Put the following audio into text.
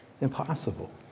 Impossible